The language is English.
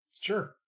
Sure